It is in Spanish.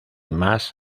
más